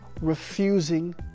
refusing